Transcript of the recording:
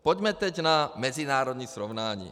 Pojďme teď na mezinárodní srovnání.